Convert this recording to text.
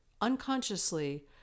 unconsciously